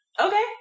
Okay